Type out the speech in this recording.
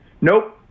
Nope